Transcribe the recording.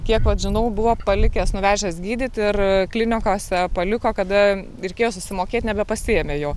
kiek žinau buvo palikęs nuvežęs gydyti ir klinikose paliko kada reikėjo susimokėt nebepasiėmė jo